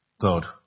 God